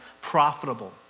profitable